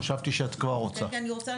חשבתי שאת כבר רוצה ללכת.